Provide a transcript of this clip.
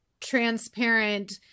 transparent